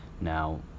now